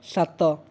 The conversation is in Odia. ସାତ